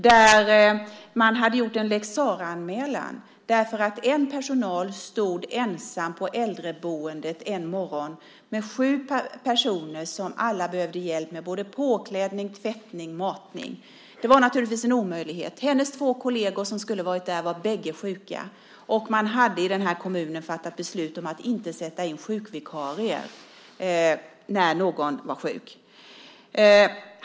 Där hade man gjort en lex Sara-anmälan därför att en person ur personalen stod ensam på äldreboendet en morgon med sju personer som alla behövde hjälp med både påklädning, tvättning och matning. Det var naturligtvis en omöjlighet. Hennes två kolleger som skulle ha varit där var bägge sjuka. Man hade i kommunen fattat beslut om att inte sätta in vikarier när någon var sjuk.